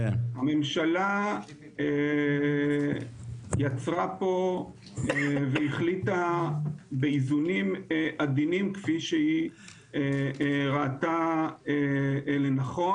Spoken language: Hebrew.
הממשלה יצרה פה והחליטה באיזונים עדינים כפי שהיא ראתה לנכון.